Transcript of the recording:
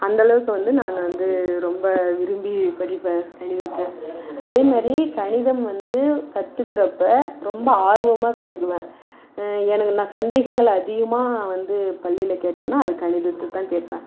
அந்தளவுக்கு வந்து நான் வந்து ரொம்ப விரும்பி படிப்பேன் கணிதத்தை அதே மாதிரி கணிதம் வந்து கற்றுக்குறப்ப ரொம்ப ஆர்வமாக கற்றுக்குவேன் எனக்கு நான் சந்தேகங்கள் அதிகமாக வந்து பள்ளியில் கேட்டேன்னா அது கணிதத்தை தான் கேட்பேன்